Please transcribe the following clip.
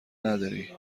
نداری